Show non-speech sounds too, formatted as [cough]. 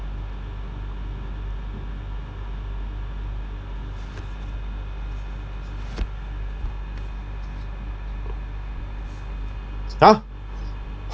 [breath] !huh! [breath]